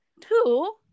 two